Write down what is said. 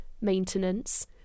maintenance